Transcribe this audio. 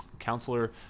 Counselor